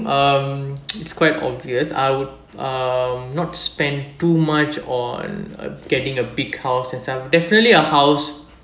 um it's quite obvious I would um not spend too much on getting a big house and stuff definitely a house